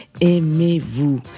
Aimez-vous